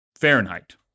Fahrenheit